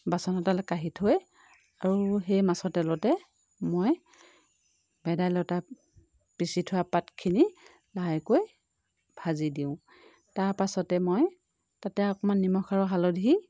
বাচন এটালৈ কাঢ়ি থৈ আৰু সেই মাছৰ তেলতে মই ভেদাইলতা পিচি থোৱা পাতখিনি লাহেকৈ ভাজি দিওঁ তাৰ পাছতে মই তাতে অকণমান নিমখ আৰু হালধি